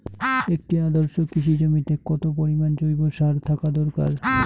একটি আদর্শ কৃষি জমিতে কত পরিমাণ জৈব সার থাকা দরকার?